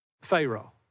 Pharaoh